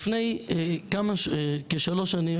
לפני כשלוש שנים,